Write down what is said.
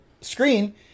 screen